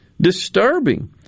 disturbing